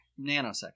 nanosecond